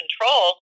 control